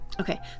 Okay